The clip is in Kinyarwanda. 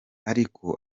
ariko